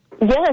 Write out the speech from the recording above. Yes